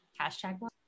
Hashtag